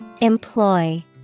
Employ